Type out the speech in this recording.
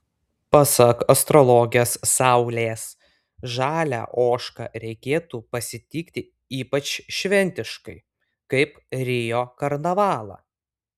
pasak astrologės saulės žalią ožką reikėtų pasitikti ypač šventiškai kaip rio karnavalą